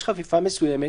יש חפיפה מסוימת